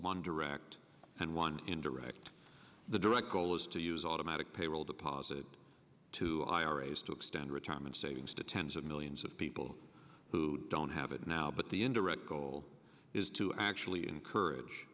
one direct and one indirect the direct goal is to use automatic payroll deposit to iras to extend retirement savings to tens of millions of people who don't have it now but the indirect goal is to actually encourage